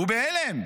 והוא בהלם.